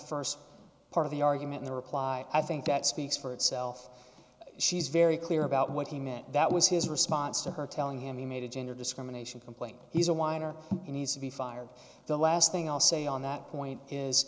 the st part of the argument the reply i think that speaks for itself she's very clear about what he meant that was his response to her telling him he made a gender discrimination complaint he's a whiner he needs to be fired the last thing i'll say on that point is